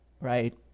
Right